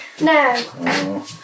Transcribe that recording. No